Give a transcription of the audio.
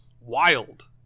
wild